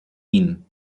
inn